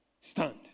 stand